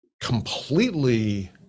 completely